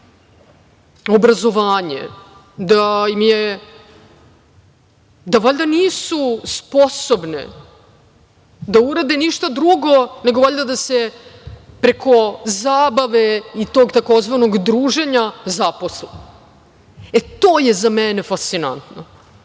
obrazovanje, da valjda nisu sposobne da urade ništa drugo, nego valjda da se preko zabave i tog tzv. druženja zaposle. E, to je za mene fascinantno,